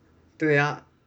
对呀